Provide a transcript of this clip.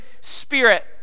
Spirit